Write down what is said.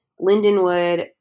Lindenwood